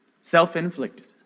Self-inflicted